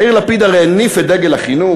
יאיר לפיד הרי הניף את דגל החינוך.